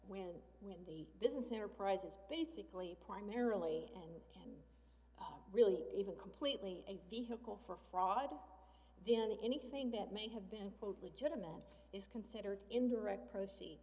when when the business enterprise is basically primarily really even completely a vehicle for fraud then anything that may have been pulled legitimate is considered indirect proceeds